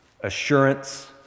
assurance